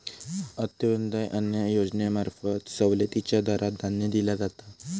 अंत्योदय अन्न योजनेंमार्फत सवलतीच्या दरात धान्य दिला जाता